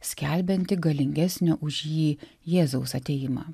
skelbiantį galingesnio už jį jėzaus atėjimą